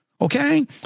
Okay